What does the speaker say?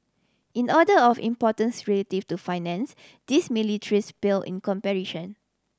in order of importance relative to Finance these ministries pale in comparison